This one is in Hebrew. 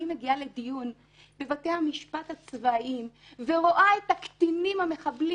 אני מגיעה לדיון בבתי המשפט הצבאיים ורואה את הקטינים המחבלים